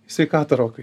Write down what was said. į sveikatą rokai